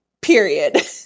Period